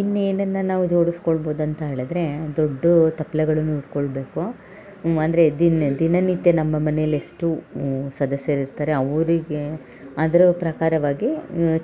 ಇನ್ನೇನನ್ನು ನಾವು ಜೋಡಸ್ಕೊಳ್ಬೋದು ಅಂತ ಹೇಳಿದರೆ ದೊಡ್ಡು ತಪ್ಲೆಗಳನ್ನು ಇಟ್ಕೊಳ್ಳಬೇಕು ಅಂದರೆ ದಿನ ದಿನನಿತ್ಯ ನಮ್ಮ ಮನೆಲಿ ಎಷ್ಟು ಸದಸ್ಯರಿರ್ತಾರೆ ಅವರಿಗೆ ಅದ್ರ ಪ್ರಕಾರವಾಗಿ